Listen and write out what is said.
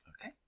Okay